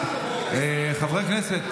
חברי הכנסת,